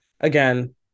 Again